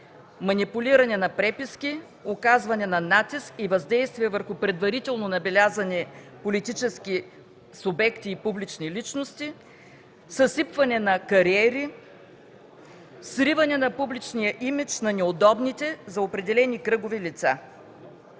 манипулиране на преписки, оказване на натиск и въздействие върху предварително набелязани политически субекти и публични личности, съсипване на кариери, сриване на публичния имидж на неудобните за определени кръгове лица.